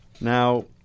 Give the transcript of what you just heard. Now